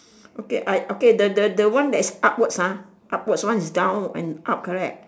okay I okay the the the the one that's upwards ah upwards one is down and up correct